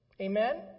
Amen